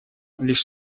лишь